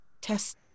test